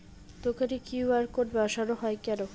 দোকানে QR code বসানো হয় কেন?